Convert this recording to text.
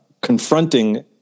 confronting